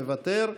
מוותר.